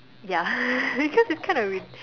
ya because it's kind of ridi~